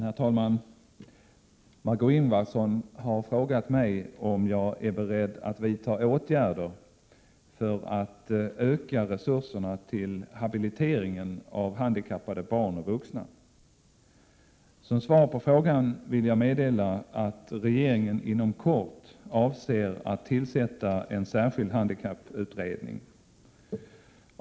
Herr talman! Margö Ingvardsson har frågat mig om jag är beredd att vidta åtgärder för att öka resurserna till habiliteringen av handikappade barn och vuxna. Som svar på frågan vill jag meddela att regeringen inom kort avser att tillsätta en särskild handikapputredning.